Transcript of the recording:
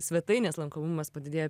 svetainės lankomumas padidėjo